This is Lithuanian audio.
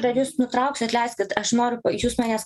dar jus nutrauksiu atleiskit aš noriu jūs manęs